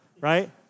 right